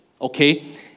okay